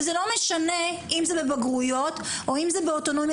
ולא משנה אם זה בבגרויות או אם זה באוטונומיה